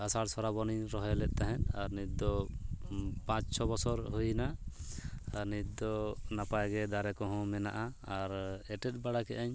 ᱟᱥᱟᱲ ᱥᱨᱟᱵᱚᱱᱤᱧ ᱨᱚᱦᱚᱭ ᱞᱮᱫ ᱛᱟᱦᱮᱸᱫ ᱟᱨ ᱱᱤᱛ ᱫᱚ ᱯᱟᱸᱪ ᱪᱷᱚ ᱵᱚᱥᱚᱨ ᱦᱩᱭ ᱮᱱᱟ ᱟᱨ ᱱᱤᱛ ᱫᱚ ᱱᱟᱯᱟᱭᱜᱮ ᱫᱟᱨᱮ ᱠᱚᱦᱚᱸ ᱢᱮᱱᱟᱜᱼᱟ ᱟᱨ ᱮᱴᱮᱫ ᱵᱟᱲᱟ ᱠᱮᱫ ᱟᱹᱧ